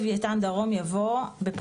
מדובר בגוף שכיום לא ניתן להנחות דרך משרד האוצר